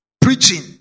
Preaching